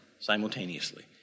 simultaneously